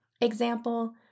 Example